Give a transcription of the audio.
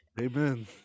Amen